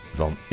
van